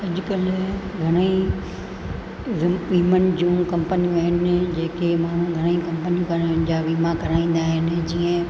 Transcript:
अॼुकल्ह घणेई वीमनि जूं कंपनियूं आहिनि जेके माण्हू घणेई कंपनियुनि जा वीमा कराईंदा आहिनि जीअं